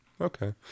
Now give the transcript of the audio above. Okay